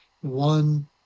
one